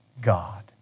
God